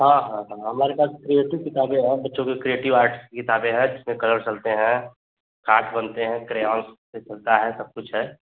हाँ हाँ हाँ हमारे पास क्रिएटिव किताबें है बच्चों के क्रिएटिव आर्ट्स की किताबें हैं जिसमें कलर चलते हैं आर्ट्स बनते हैं क्रेयॉन्स जिसपर चलता है सब कुछ है